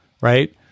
right